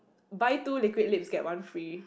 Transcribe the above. buy two liquid lips get one free